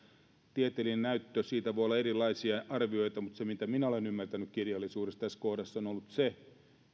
siitä voi olla erilaisia arvioita mutta mitä minä olen ymmärtänyt kirjallisuudesta tässä kohdassa niin tieteellinen näyttö on ollut se